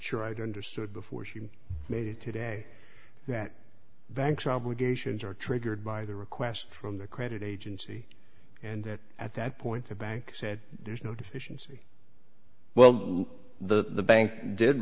sure i do understand before she made today that the banks obligations are triggered by the request from the credit agency and that at that point the bank said there's no deficiency well the bank did